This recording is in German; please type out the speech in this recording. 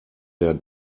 der